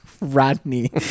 Rodney